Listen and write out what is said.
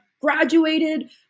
graduated